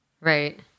Right